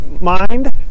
mind